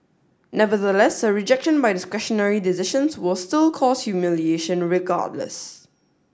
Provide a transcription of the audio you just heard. nevertheless a rejection by discretionary decisions will still cause humiliation regardless